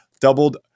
doubled